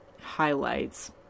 highlights